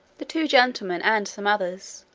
the two gentlemen, and some others,